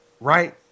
right